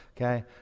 okay